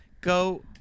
go